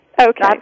Okay